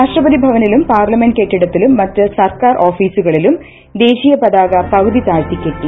രാഷ്ട്രപതി ഭവനിലും പാർലമെൻറ് കെട്ടിടത്തിലും മറ്റു സർക്കാർ ഓഫീസുകളിലും ദേശീയപതാക പകുതി താഴ്ത്തിക്കെട്ടി